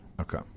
Okay